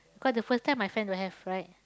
cause the first time my friend don't have right